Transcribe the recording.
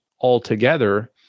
altogether